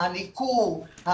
הניכור,